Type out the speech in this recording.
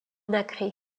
nacré